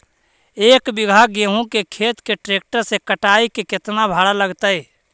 एक बिघा गेहूं के खेत के ट्रैक्टर से कटाई के केतना भाड़ा लगतै?